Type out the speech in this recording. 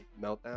meltdown